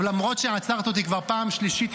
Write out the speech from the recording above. למרות שעצרת אותי כבר פעם שלישית,